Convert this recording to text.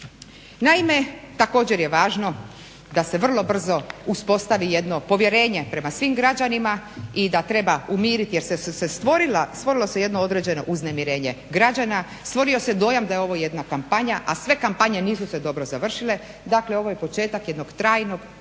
Naime, također je važno da se vrlo brzo uspostavi jedno povjerenje prema svim građanima i da treba umiriti jer su se stvorila, stvorilo se jedno određeno uznemirenje građana, stvorio se dojam da je ovo jedna kampanja, a sve kampanje nisu se dobro završile, dakle ovo je početak jednog trajnog